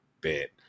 bit